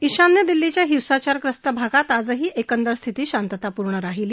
ईशान्य दिल्लीच्या हिंसाचार ग्रस्त भागात आजही एकदंर स्थिती शांततापूर्ण राहिली